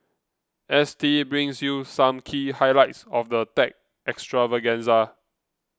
S T brings you some key highlights of the tech extravaganza